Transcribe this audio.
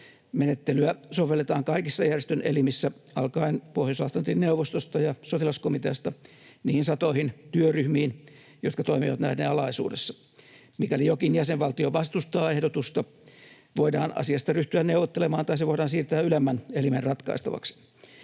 Menettelyä sovelletaan kaikissa järjestön elimissä alkaen Pohjois-Atlantin neuvostosta ja sotilaskomiteasta niihin satoihin työryhmiin, jotka toimivat näiden alaisuudessa. Mikäli jokin jäsenvaltio vastustaa ehdotusta, voidaan asiasta ryhtyä neuvottelemaan tai se voidaan siirtää ylemmän elimen ratkaistavaksi.